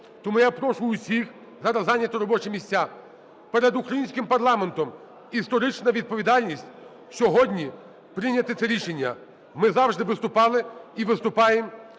Тому я прошу усіх зараз зайняти робочі місця. Перед українським парламентом історична відповідальність – сьогодні прийняти це рішення. Ми завжди виступали і виступаємо